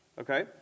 Okay